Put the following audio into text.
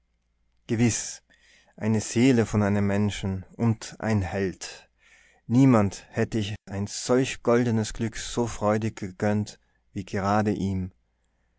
gewiß eine seele von einem menschen und ein held niemand hätte ich ein solch goldenes glück so freudig gegönnt wie gerade ihm